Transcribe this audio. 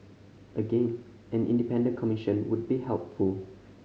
again an independent commission would be helpful